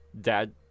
Dad